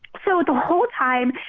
so the whole time,